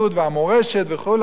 וכל הסיפור הזה,